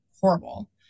horrible